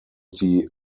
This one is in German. die